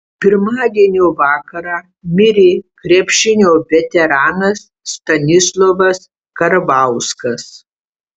pirmadienio vakarą mirė krepšinio veteranas stanislovas karvauskas